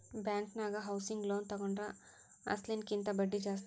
ಬ್ಯಾಂಕನ್ಯಾಗ housing loan ತಗೊಂಡ್ರ ಅಸ್ಲಿನ ಕಿಂತಾ ಬಡ್ದಿ ಜಾಸ್ತಿ